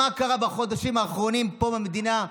מה קרה בחודשים האחרונים פה במדינה?